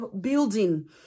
building